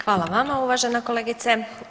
Hvala vama uvažena kolegice.